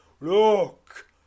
look